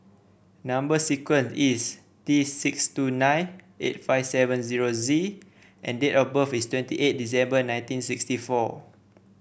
number sequence is T six two nine eight five seven zero Z and date of birth is twenty eight December nineteen sixty four